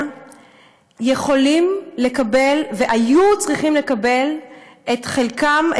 יכולים לקבל והיו צריכים לקבל את חלקם,